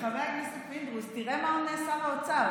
חבר הכנסת פינדרוס, תראה מה עונה שר האוצר.